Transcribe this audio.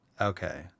Okay